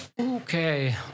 Okay